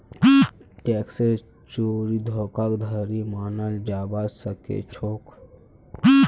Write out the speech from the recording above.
टैक्सेर चोरी धोखाधड़ी मनाल जाबा सखेछोक